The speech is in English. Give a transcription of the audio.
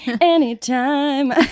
Anytime